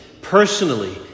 personally